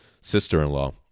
sister-in-law